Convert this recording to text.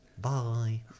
Bye